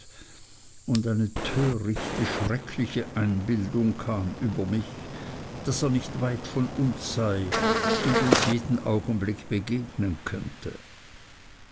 und eine törichte schreckliche einbildung kam über mich daß er nicht weit von uns sei und uns jeden augenblick begegnen könnte